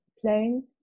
playing